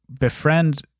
befriend